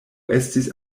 estis